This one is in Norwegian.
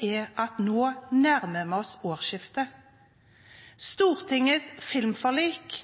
er at nå nærmer vi oss årsskiftet. Stortingets filmforlik